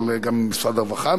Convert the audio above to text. אבל גם משרד הרווחה,